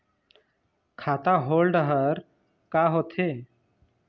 खाता होल्ड हर का होथे?